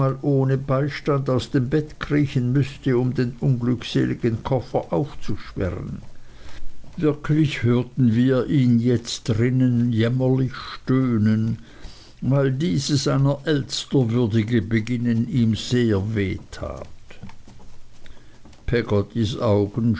ohne beistand aus dem bett kriechen müßte um den unglückseligen koffer aufzusperren wirklich hörten wir ihn jetzt drinnen jämmerlich stöhnen weil dieses einer elster würdige beginnen ihm sehr weh tat peggottys augen